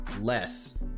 less